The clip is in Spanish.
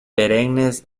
perennes